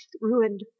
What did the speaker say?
ruined